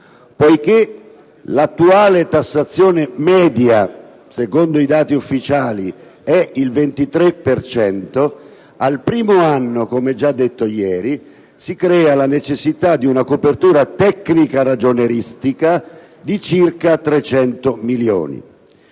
Poiché l'attuale tassazione media, secondo i dati ufficiali, è del 23 per cento, al primo anno, come già detto ieri, si crea la necessità di una copertura tecnica ragionieristica di circa trecento milioni.